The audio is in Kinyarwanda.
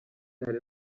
hari